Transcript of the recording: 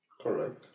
Correct